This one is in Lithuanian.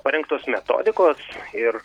parengtos metodikos ir